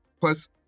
Plus